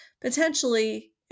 Potentially